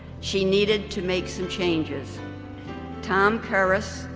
she needed to make some changes tom kouros,